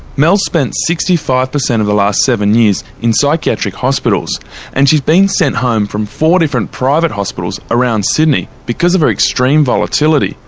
mel spent sixty five per cent of the last seven years in psychiatric hospitals and she's been sent home from four different private hospitals around sydney because of her extreme volatility.